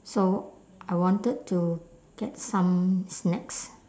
so I wanted to get some snacks